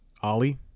Ollie